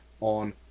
on